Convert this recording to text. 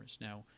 Now